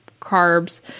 carbs